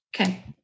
Okay